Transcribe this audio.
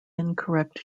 incorrect